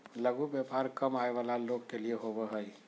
लघु व्यापार कम आय वला लोग के लिए होबो हइ